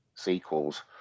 sequels